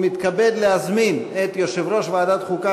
אני מתכבד להזמין את יושב-ראש ועדת החוקה,